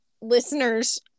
listeners